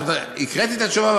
הקראתי את התשובה,